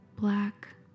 black